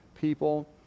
people